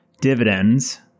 dividends